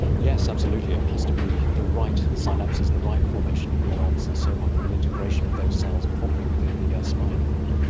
yes, absolutely, it has to be the right synapses, the right formation of neurons and so on and the integration of those cells properly within the spinal cord.